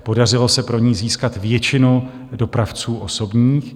Podařilo se pro ni získat většinu dopravců osobních.